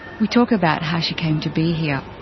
we talk about how she came to be here.